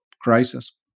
crisis